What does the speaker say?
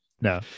No